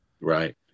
Right